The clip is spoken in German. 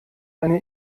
eine